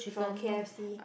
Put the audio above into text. from k_f_c